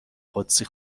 قدسی